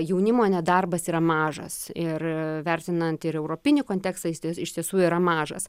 jaunimo nedarbas yra mažas ir vertinant ir europinį kontekstą jis iš tiesų yra mažas